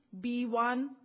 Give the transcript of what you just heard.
B1